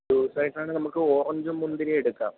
ലൂസായിട്ടാണെങ്കില് നമുക്ക് ഓറഞ്ചും മുന്തിരിയും എടുക്കാം